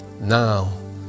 now